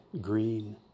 green